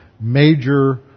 major